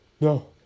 No